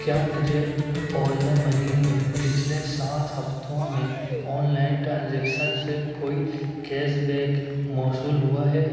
کیا مجھے اولا منی میں پچھلے سات ہفتوں میں آن لائن ٹرانزیکسن سے کوئی کیش بیک موصول ہوا ہے